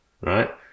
right